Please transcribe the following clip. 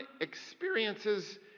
experiences